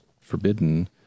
forbidden